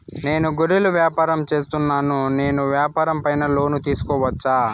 నేను గొర్రెలు వ్యాపారం సేస్తున్నాను, నేను వ్యాపారం పైన లోను తీసుకోవచ్చా?